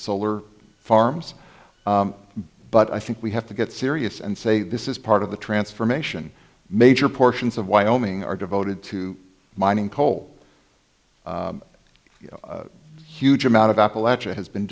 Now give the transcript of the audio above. solar farms but i think we have to get serious and say this is part of the transformation major portions of wyoming are devoted to mining coal huge amount of appalachia has been